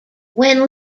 when